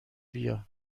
بیا